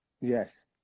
Yes